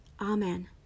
Amen